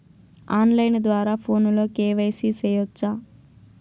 on line ద్వారా ఫోనులో KYC సేయొచ్చా